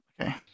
Okay